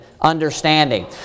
understanding